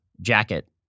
jacket